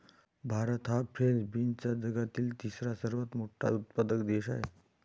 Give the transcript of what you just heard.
भारत हा फ्रेंच बीन्सचा जगातील तिसरा सर्वात मोठा उत्पादक देश आहे